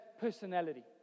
personality